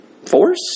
Force